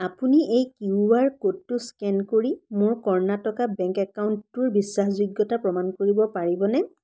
আপুনি এই Q R ক'ডটো স্কেন কৰি মোৰ কৰ্ণাটকা বেংক একাউণ্টটোৰ বিশ্বাসযোগ্যতা প্ৰমাণ কৰিব পাৰিবনে